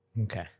Okay